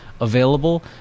available